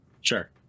Sure